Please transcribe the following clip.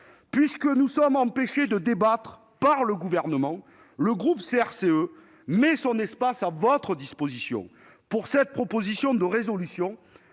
Puisque nous sommes empêchés de débattre par le Gouvernement, le groupe CRCE met son espace à votre disposition avec cette proposition de résolution